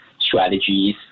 strategies